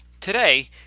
Today